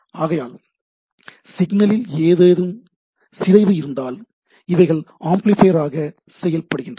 ஆகையால் சிக்னலில் ஏதேனும் சிதைவு இருந்தால் இவைகள் ஆம்ப்ளிபையர்ஆக செயல்படுகின்றன